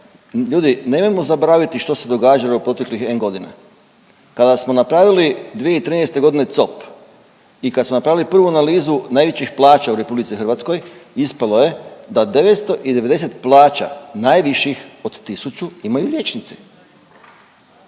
ljudi nemojmo zaboraviti što se događalo proteklih godina. Kada smo napravili 2013. godine COP i kada samo napravili prvu analizu najvećih plaća u RH, ispalo je da 990 plaća najviših od tisuću imaju liječnici.